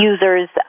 users